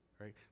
right